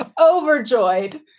overjoyed